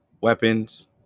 weapons